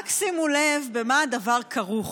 רק שימו לב במה הדבר כרוך.